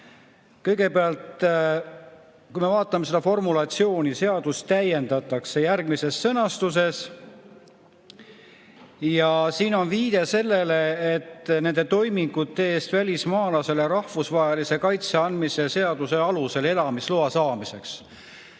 Kõigepealt vaatame seda formulatsiooni: "Seadust täiendatakse järgmises sõnastuses [...]" Ja siin on viide sellele, et nende toimingute eest välismaalasele rahvusvahelise kaitse andmise seaduse alusel elamisloa saamiseks.